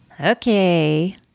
Okay